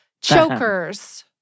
Chokers